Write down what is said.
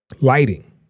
Lighting